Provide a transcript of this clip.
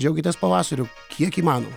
džiaukitės pavasariu kiek įmanoma